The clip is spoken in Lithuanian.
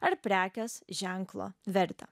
ar prekės ženklo vertę